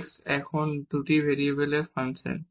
x এখন 2 টি ভেরিয়েবলের একটি ফাংশন